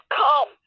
come